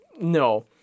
No